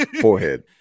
forehead